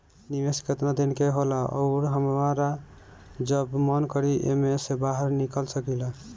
निवेस केतना दिन के होला अउर हमार जब मन करि एमे से बहार निकल सकिला?